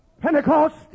Pentecost